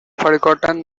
forgotten